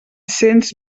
cents